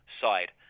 side